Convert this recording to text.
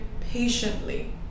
patiently